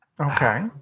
okay